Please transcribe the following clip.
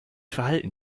verhalten